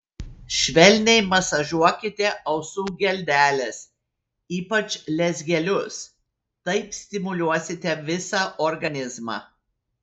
švelniai masažuokite ausų geldeles ypač lezgelius taip stimuliuosite visą organizmą